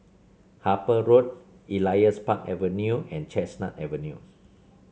Harper Road Elias Park Avenue and Chestnut Avenue